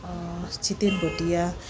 Chhiten Bhutia